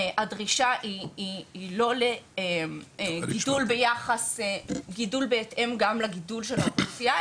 הדרישה היא לא לגידול בהתאם גם לגידול של האוכלוסייה,